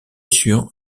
sur